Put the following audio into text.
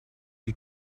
die